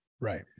Right